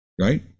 right